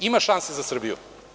Ima šanse za Srbiju.